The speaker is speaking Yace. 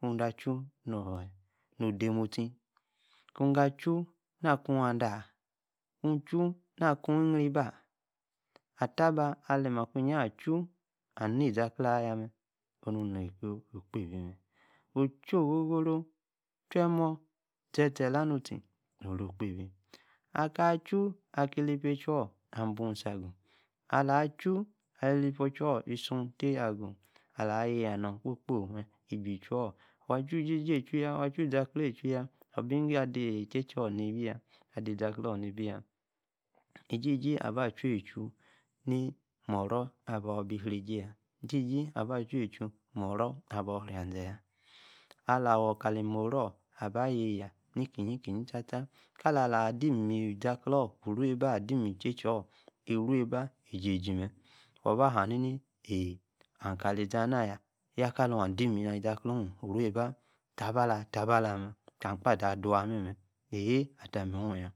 kuu ga-chuu no domostric, kuu ga chuu, na akuu adaa? kuu gaa chuu, na kuu, en-rie, baa? Atabaa, ali mmakwinyi, achuu, ami, izakla-ayaa mee, onu, neka okpebi-mee, ochuu. ogogoro, che-emon, ze- tie, laah nu tie, no-uro, okpebi, aka chuu, aki-lip-edua, abusi-agu, ala-chuu alipi-achua, isi-oon tee agu, ala-chuu alipi-achua, isi-oon tee agu, ala, yeyanor kpo kpo, meee iju, ichui orr waa, chuu-jiji, echua jaa, waa chua, izaklor, echua yaa, orr-bi, igo adi-isheche on, ni-bi-yaa, adi-izaklon ni-bi-yaa, izizi, aba chua, orr echuu yaa, ni moro abor abi, re-esi-yaa, izizi aba chua-echuu, moro, abor-abi riazee-yaa, alor-awor kali moro, aba yieyaa, nikeyi-keji tataa, kalor, adi, mee-mizaklor, uruba, adi michechior, uruba ejisi mee, waa ba ham ni-ni eeh, amikalizanaya, yaa kalu, adim malizakloo-uruba tabalaa, tabalaa, mee kam-kpa-da, daaw memee, ehee, atamoyaa.